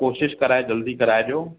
कोशिशि कराए जल्दी कराए ॾियो